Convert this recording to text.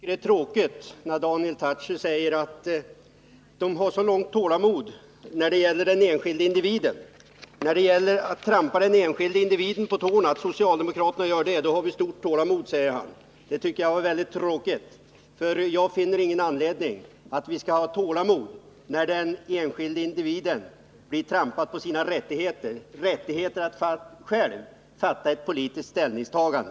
Herr talman! Jag tycker att det är tråkigt när Daniel Tarschys säger att man i folkpartiet har stort tålamod med att socialdemokratin trampar på den enskildes rätt. Det tycker jag är väldigt tråkigt. Jag finner ingen anledning att vi skall ha tålamod när det trampas på den enskilde individens rättigheter, i detta fall rättigheten att själv göra ett politiskt ställningstagande.